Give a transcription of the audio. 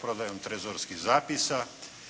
prodajom trezorskih zapisa.